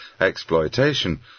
exploitation